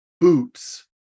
boots